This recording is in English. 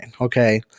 Okay